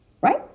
right